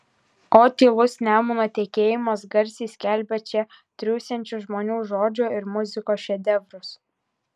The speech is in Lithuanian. o tylus nemuno tekėjimas garsiai skelbia čia triūsiančių žmonių žodžio ir muzikos šedevrus